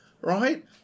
Right